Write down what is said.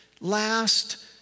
last